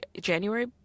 January